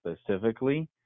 specifically